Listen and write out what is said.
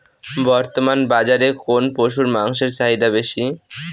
বর্তমান বাজারে কোন পশুর মাংসের চাহিদা বেশি?